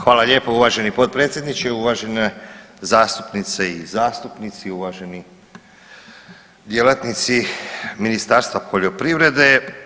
Hvala lijepo uvaženi potpredsjedniče, uvažene zastupnice i zastupnici, uvaženi djelatnici Ministarstva poljoprivrede.